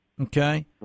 Okay